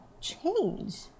change